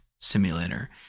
simulator